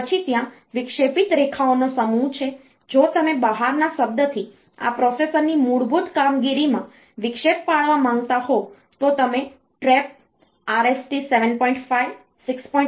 પછી ત્યાં વિક્ષેપિત રેખાઓનો સમૂહ છે જો તમે બહારના શબ્દથી આ પ્રોસેસરની મૂળભૂત કામગીરીમાં વિક્ષેપ પાડવા માંગતા હોવ તો તમે TRAP RST 7